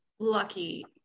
lucky